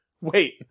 wait